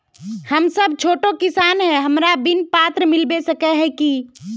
हम सब छोटो किसान है हमरा बिमा पात्र मिलबे सके है की?